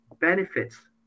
benefits